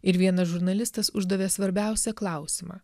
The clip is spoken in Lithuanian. ir vienas žurnalistas uždavė svarbiausią klausimą